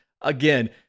Again